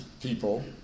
people